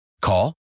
Call